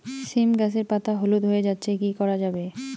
সীম গাছের পাতা হলুদ হয়ে যাচ্ছে কি করা যাবে?